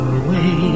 away